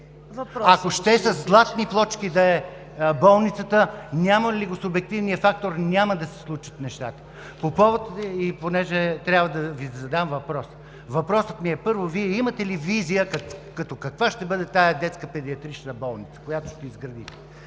Ако ще със златни плочки да е болницата, но няма ли го субективния фактор, няма да се случат нещата. Трябва да Ви задам въпрос: първо, Вие имате ли визия като каква ще бъде тази Детска педиатрична болница, която ще изградите